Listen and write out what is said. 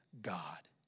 God